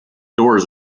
doors